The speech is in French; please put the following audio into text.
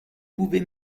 pouvez